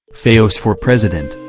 fayose for president,